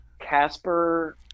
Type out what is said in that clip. Casper